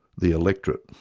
the electorate.